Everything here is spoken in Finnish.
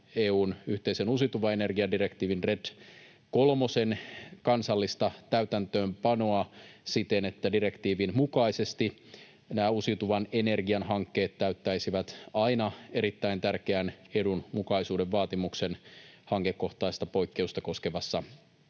EU:n yhteisen uusiutuvan energian direktiivin RED kolmosen kansallista täytäntöönpanoa siten, että direktiivin mukaisesti nämä uusiutuvan energian hankkeet täyttäisivät aina erittäin tärkeän edun mukaisuuden vaatimuksen hankekohtaista poikkeusta koskevassa